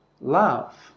love